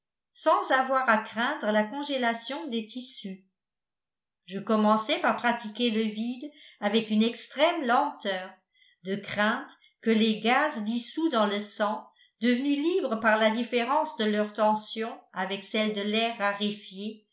sans avoir à craindre la congélation des tissus je commençai par pratiquer le vide avec une extrême lenteur de crainte que les gaz dissous dans le sang devenus libres par la différence de leur tension avec celle de l'air raréfié